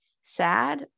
sad